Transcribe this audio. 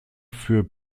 für